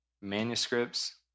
manuscripts